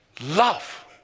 Love